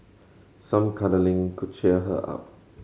some cuddling could cheer her up